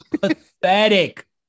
pathetic